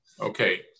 Okay